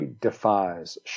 defies